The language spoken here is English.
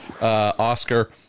Oscar